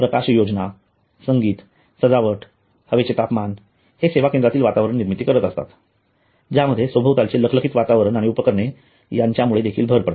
प्रकाशयोजना संगीत सजावट हवेचे तापमान हे सेवा केंद्रातील वातावरण निर्मिती करत असतात ज्यामध्ये सभोवतालचे लखलखीत वातावरण आणि उपकरणे यांच्यामुळे देखील भर पडते